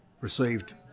received